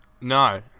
No